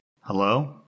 Hello